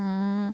হাঁহ